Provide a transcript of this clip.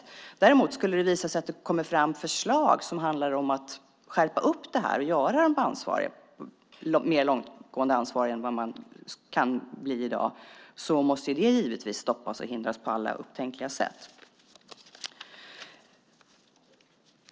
Om det däremot skulle visa sig att det kommer fram förslag som handlar om att skärpa upp detta och ge ett mer långtgående ansvar än vad man kan ge i dag måste det givetvis stoppas och hindras på alla upptänkliga sätt.